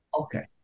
Okay